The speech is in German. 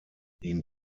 ihn